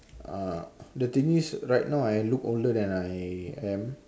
uh the thing is right now I look older than I am